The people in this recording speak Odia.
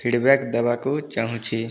ଫିଡ଼ବ୍ୟାକ୍ ଦେବାକୁ ଚାହୁଁଛି